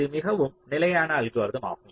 இது மிகவும் நிலையான அல்கோரிதம் ஆகும்